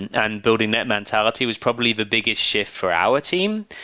and and building that mentality was probably the biggest shift for our team,